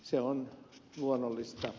se on luonnollista